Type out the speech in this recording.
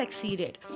succeeded